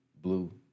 blue